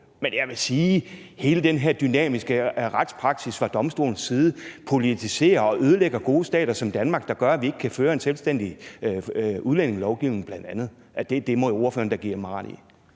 men jeg vil sige, at hele den her dynamiske retspraksis fra domstolens side politiserer og ødelægger gode stater som Danmark, og gør, at vi bl.a. ikke kan føre en selvstændig udlændingepolitik. Det må ordføreren da give mig ret i.